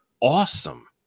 awesome